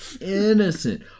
Innocent